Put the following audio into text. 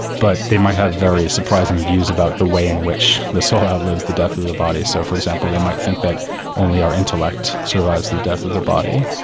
but they might have various surprising views about the way in which the soul outlives the death of the the body, so for example they might think that only our intellect survives the death of the body,